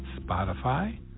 Spotify